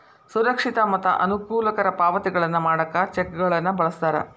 ಸುರಕ್ಷಿತ ಮತ್ತ ಅನುಕೂಲಕರ ಪಾವತಿಗಳನ್ನ ಮಾಡಾಕ ಚೆಕ್ಗಳನ್ನ ಬಳಸ್ತಾರ